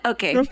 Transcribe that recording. Okay